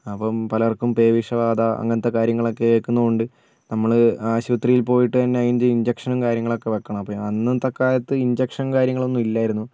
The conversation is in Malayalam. അപ്പം പലർക്കും പേവിഷബാധ അങ്ങനത്തെ കാര്യങ്ങളൊക്കെ ഏൽക്കുന്ന കൊണ്ട് നമ്മൾ ആശുപത്രിയിൽ പോയിട്ടന്നെ അതിൻ്റെ ഇഞ്ചക്ഷനും കാര്യങ്ങളൊക്കെ വെക്കണം അപ്പോൾ അന്നത്തെ കാലത്ത് ഇഞ്ചക്ഷൻ കാര്യങ്ങളൊന്നും ഇല്ലായിരുന്നു